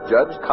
Judge